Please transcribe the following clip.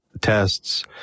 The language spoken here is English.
tests